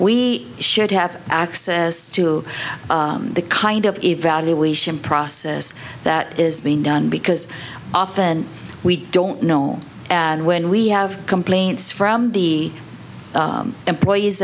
we should have access to the kind of evaluation process that is being done because often we don't know and when we have complaints from the employees